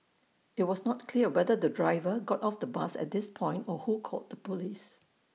IT was not clear whether the driver got off the bus at this point or who called the Police